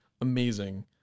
Amazing